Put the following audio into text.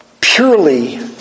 purely